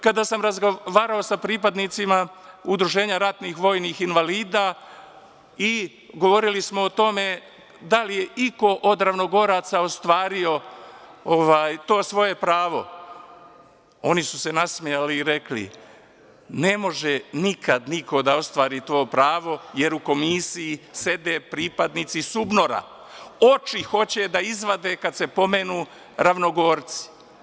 Kada sam razgovarao sa pripadnicima Udruženja ratnih vojnih invalida i govorili smo o tome da li je iko od ravnogoraca ostvario to svoje pravo, oni su se nasmejali i rekli – ne može nikad niko da ostvari to pravo, jer u komisiji sede pripadnici SUBNOR-a, oči hoće da izvade kada se pomenu ravnogorci.